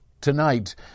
tonight